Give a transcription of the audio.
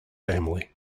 family